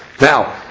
Now